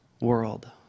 world